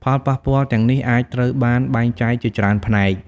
ផលប៉ះពាល់ទាំងនេះអាចត្រូវបានបែងចែកជាច្រើនផ្នែក៖